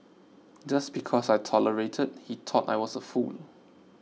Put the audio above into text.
just because I tolerated he thought I was a fool